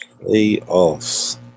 Playoffs